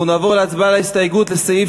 אנחנו נעבור להצבעה על ההסתייגות לסעיף